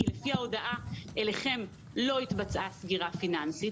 כי לפי ההודעה אליכם לא התבצעה סגירה פיננסית.